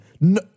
No